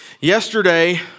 Yesterday